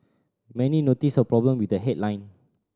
many noticed a problem with the headline